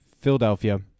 Philadelphia